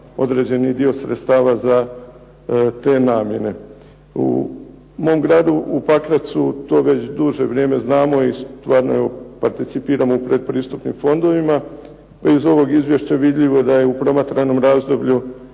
određeni dio sredstava za te namjene. U mom gradu u Pakracu to već duže vrijeme znamo i stvarno evo participiramo u pretpristupnim fondovima, u ovom Izvješću vidljivo je da je u promatranom razdoblju